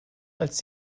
als